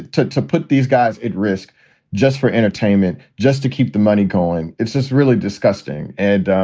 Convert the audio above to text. to to put these guys at risk just for entertainment, just to keep the money going. it's just really disgusting. and,